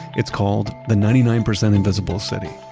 it's called the ninety nine percent invisible city.